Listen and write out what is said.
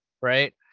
right